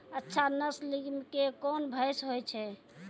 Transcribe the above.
अच्छा नस्ल के कोन भैंस होय छै?